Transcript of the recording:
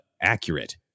accurate